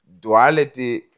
duality